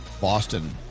Boston